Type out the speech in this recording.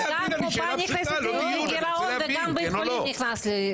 גם הקופה נכנסת לגירעון וגם בית החולים נכנס לגירעון.